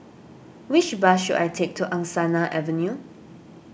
which bus should I take to Angsana Avenue